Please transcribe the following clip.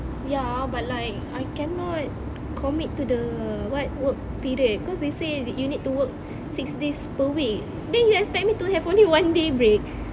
ya but like I cannot commit to the what work period cause they say that you need to work six days per week then you expect me to have only one day break